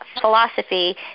philosophy